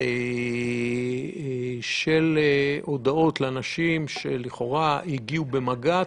של הודעות לאנשים שלכאורה היו במגע,